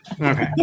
okay